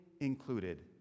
included